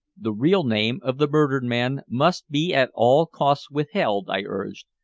the real name of the murdered man must be at all costs withheld, i urged.